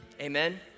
Amen